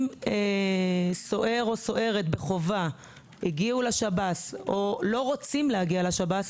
אם סוהר או סוהרת בחובה הגיעו לשב"ס או לא רוצים להגיע לשב"ס,